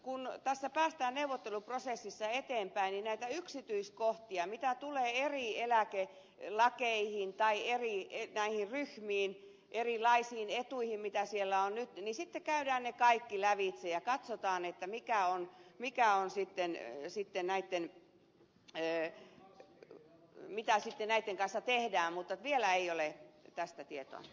kun neuvotteluprosessissa päästään eteenpäin nämä yksityiskohdat mitä tulee eri eläkelakeihin tai näihin eri ryhmiin erilaisiin etuihin mitä siellä on nyt käydään sitten kaikki lävitse ja katsotaan että mikä on mikä on sitten ne sitten näitten hei mitä näitten kanssa tehdään mutta vielä ei ole tästä tietoa